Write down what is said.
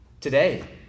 today